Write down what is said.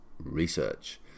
research